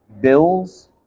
bills